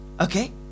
Okay